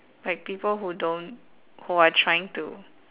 like people who don't who are trying to